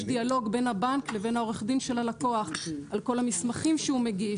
דיאלוג בין הבנק לבין העורך דין של הלקוח על כל המסמכים שהוא מגיש,